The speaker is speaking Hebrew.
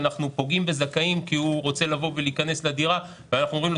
אנחנו פוגעים בזכאים כי הוא רוצה לבוא ולהיכנס לדירה ואנחנו אומרים לו